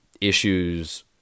issues